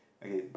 okay